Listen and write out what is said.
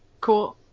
cool